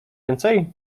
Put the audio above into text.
więcej